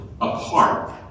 apart